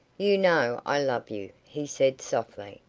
you know i love you, he said softly.